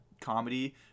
comedy